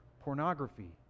Pornography